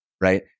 right